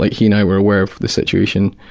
like he and i were aware of the situation.